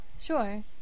sure